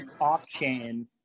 off-chain